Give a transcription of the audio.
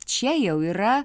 čia jau yra